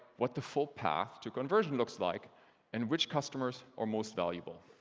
what the full path to conversionlooks like and which customers are most valuable.